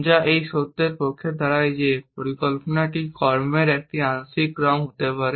যা এই সত্যের পক্ষে দাঁড়ায় যে পরিকল্পনাটি কর্মের একটি আংশিক ক্রম হতে পারে